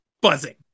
buzzing